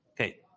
Okay